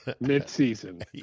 mid-season